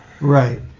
Right